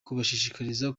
kubashishikariza